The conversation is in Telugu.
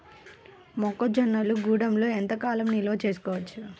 మొక్క జొన్నలు గూడంలో ఎంత కాలం నిల్వ చేసుకోవచ్చు?